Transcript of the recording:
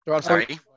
Sorry